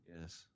Yes